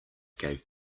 gave